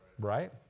right